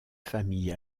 famille